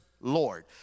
Lord